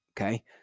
Okay